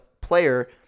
player